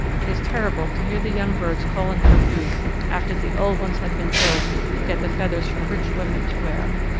it is terrible to hear the young birds calling for food after the old ones have been killed to get the feathers for rich women to wear.